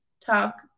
talk